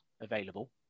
available